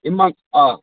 یِم مہَ آ